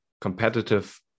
competitive